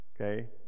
Okay